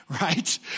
right